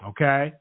Okay